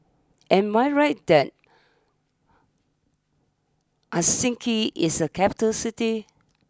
am I right that Helsinki is a capital City